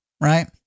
Right